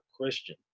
Christian